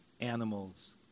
animals